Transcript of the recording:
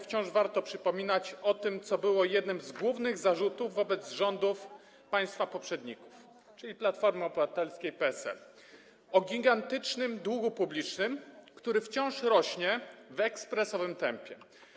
Wciąż warto przypominać o tym, co było jednym z głównych zarzutów wobec rządów państwa poprzedników, czyli Platformy Obywatelskiej i PSL-u, tj. o gigantycznym długu publicznym, który wciąż rośnie w ekspresowym tempie.